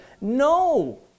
No